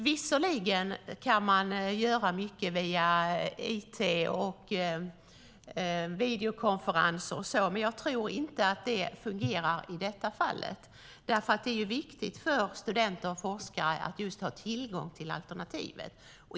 Visserligen kan man göra mycket via it, videokonferenser och liknande, men jag tror inte att det fungerar i detta fall därför att det är viktigt för forskare och studenter att ha tillgång till alternativet.